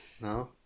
No